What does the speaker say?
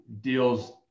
deals